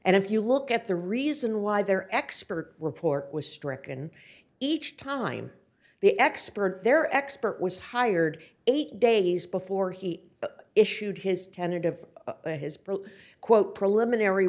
and if you look at the reason why their expert report was stricken each time the expert their expert was hired eight days before he issued his tentative his pro quote preliminary